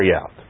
out